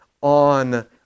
on